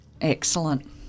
Excellent